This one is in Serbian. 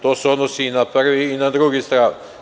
To se odnosi i na prvi i na drugi stav.